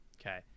Okay